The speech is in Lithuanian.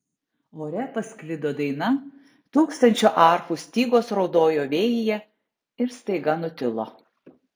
ore pasklido daina tūkstančio arfų stygos raudojo vėjyje ir staiga nutilo